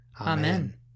Amen